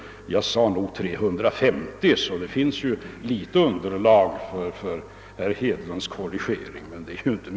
Nu sade jag i stället 350 miljoner. Där fanns det alltså något underlag för herr Hedlunds korrigering, men mycket var det ju inte.